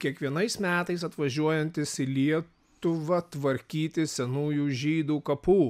kiekvienais metais atvažiuojantis į lietuvą tvarkyti senųjų žydų kapų